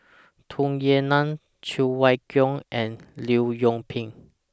Tung Yue Nang Cheng Wai Keung and Leong Yoon Pin